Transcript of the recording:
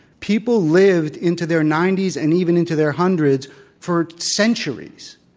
people lived into their ninety s and even into their hundreds for centuries.